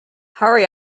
hurry